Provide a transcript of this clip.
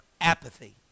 apathy